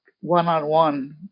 one-on-one